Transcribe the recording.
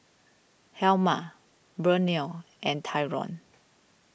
Helma Burnell and Tyron